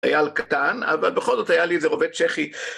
היה על קטן אבל בכל זאת היה לי איזה רובה צ'כי